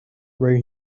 right